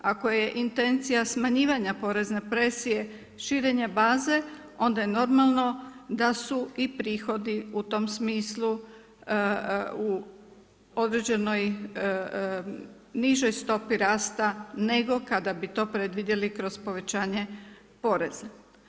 Ako je intencija smanjivanja porezne presije širenje baze, onda je normalno da su i prihodi u tom smislu u određenoj nižoj stopi rasta nego kada bi to predvidjeli kroz povećanje poreza.